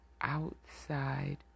outside